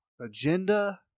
Agenda